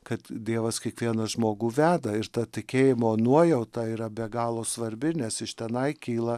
kad dievas kiekvieną žmogų veda ir ta tikėjimo nuojauta yra be galo svarbi nes iš tenai kyla